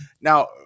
now